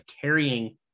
carrying